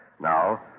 Now